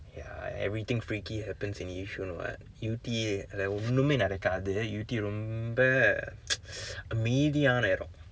ya everything freaky happens in yishun what yew tee இல்ல ஒன்னும்மெ நடக்காது:illa onnummae nadakkathu yew tee ரொம்ப:romba அமைதியான இடம்:amaithiyaana edam